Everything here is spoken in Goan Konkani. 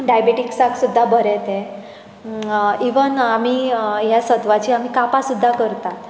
डायबिटिक्साक सुद्दां बरें तें इवन आमी ह्या सत्वाचीं आमी कांपां सुद्दां करतात